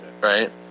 right